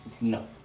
No